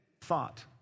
thought